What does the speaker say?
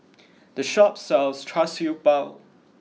the shop sells Char Siew Bao